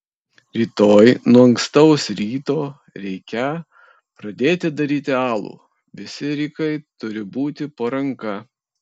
rytoj nuo ankstaus ryto reikią pradėti daryti alų visi rykai turi būti po ranka